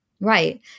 Right